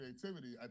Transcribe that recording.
creativity